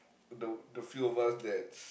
the the few of us that's